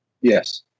Yes